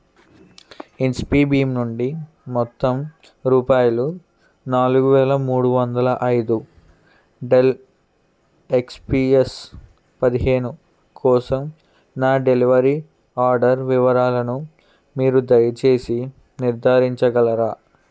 ఇన్స్ఫిబీమ్ నుండి మొత్తం రూపాయలు నాలుగు వేల మూడు వందల ఐదు డెల్ ఎక్స్పీఎస్ పదిహేను కోసం నా డెలివరీ ఆర్డర్ వివరాలను మీరు దయచేసి నిర్ధారించగలరా